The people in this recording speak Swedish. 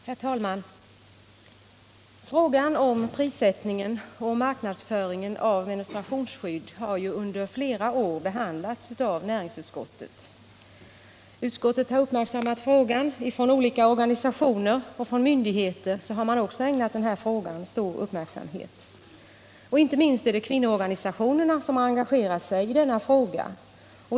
Herr talman! Frågan om prissättningen på och marknadsföringen av menstruationsskydd har under flera år behandlats av näringsutskottet. Också flera organisationer och myndigheter har ägnat frågan stor uppmärksamhet. Inte minst kvinnoorganisationerna har engagerat sig i denna sak.